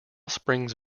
springs